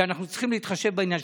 ואנחנו צריכים להתחשב בעניין.